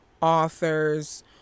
authors